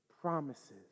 promises